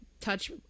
touch